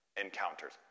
encounters